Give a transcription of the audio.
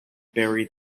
buried